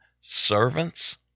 servants